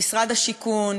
במשרד השיכון,